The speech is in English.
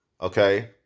Okay